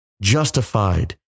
justified